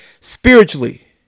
spiritually